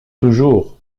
toujours